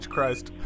Christ